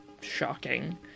shocking